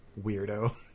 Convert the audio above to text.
Weirdo